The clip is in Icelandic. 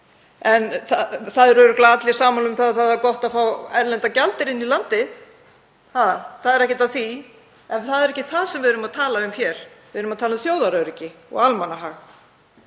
En það eru örugglega allir sammála um að það er gott að fá erlendan gjaldeyri inn í landið, það er ekkert að því. En það er ekki það sem við erum að tala um hér. Við erum að tala um þjóðaröryggi og almannahag.